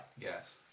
Yes